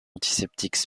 antiseptiques